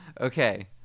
okay